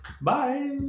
Bye